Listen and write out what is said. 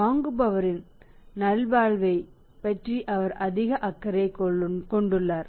வாங்குபவரின் நல்வாழ்வைப் பற்றி அவர் அதிக அக்கறை கொண்டுள்ளார்